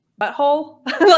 butthole